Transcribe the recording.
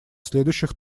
следующих